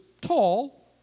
tall